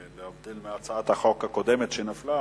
אנחנו קובעים שהצעת חוק סדר הדין הפלילי (סמכויות אכיפה,